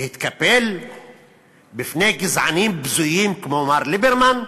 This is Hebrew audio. להתקפל בפני גזענים בזויים כמו מר ליברמן,